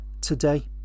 today